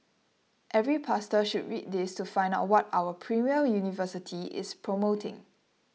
every pastor should read this to find out what our premier university is promoting